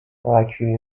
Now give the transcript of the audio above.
rocky